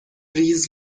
ریز